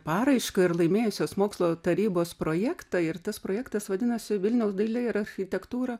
paraišką ir laimėjusios mokslo tarybos projektą ir tas projektas vadinosi vilniaus dailė ir architektūrą